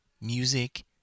music